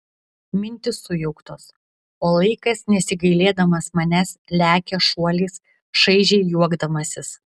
mintys sujauktos o laikas nesigailėdamas manęs lekia šuoliais čaižiai juokdamasis